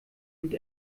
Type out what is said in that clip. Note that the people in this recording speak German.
und